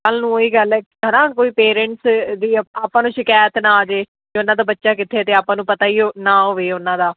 ਕੱਲ੍ਹ ਨੂੰ ਉਹ ਹੀ ਗੱਲ ਹੈ ਹੈ ਨਾ ਕੋਈ ਪੇਰੈਂਟਸ ਦੀ ਆਪਾਂ ਆਪਾਂ ਨੂੰ ਸ਼ਿਕਾਇਤ ਨਾ ਆ ਜਾਏ ਕਿ ਉਹਨਾਂ ਦਾ ਬੱਚਾ ਕਿੱਥੇ ਅਤੇ ਆਪਾਂ ਨੂੰ ਪਤਾ ਹੀ ਉਹ ਨਾ ਹੋਵੇ ਉਹਨਾਂ ਦਾ